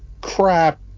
crap